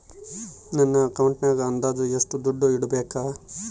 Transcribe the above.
ನನ್ನ ಅಕೌಂಟಿನಾಗ ಅಂದಾಜು ಎಷ್ಟು ದುಡ್ಡು ಇಡಬೇಕಾ?